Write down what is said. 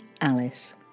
Alice